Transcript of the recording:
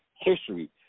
history